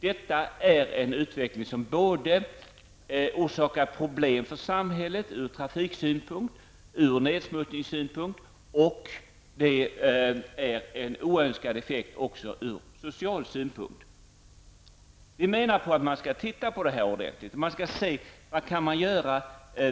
Det är en utveckling som orsakar problem för samhället ur trafiksynpunkt, ur nedsmutsningssynpunkt. Även ur social synpunkt är denna utveckling oönskad. Vi menar att man skall titta på frågan ordentligt, se vad vi kan göra.